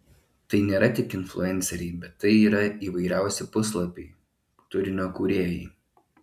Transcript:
tai nėra tik influenceriai bet tai yra įvairiausi puslapiai turinio kūrėjai